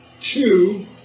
two